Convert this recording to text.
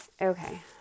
Okay